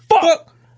fuck